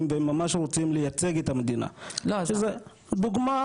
והם ממש רוצים לייצג את המדינה שזה דוגמא